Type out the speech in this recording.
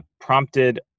prompted